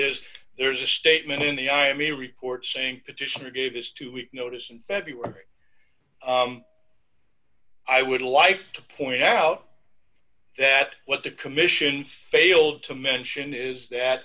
is there is a statement in the i am a report saying petitioner gave his two week notice in february i would like to point out that what the commission failed to mention is that